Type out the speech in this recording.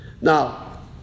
Now